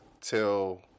till